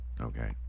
Okay